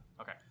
okay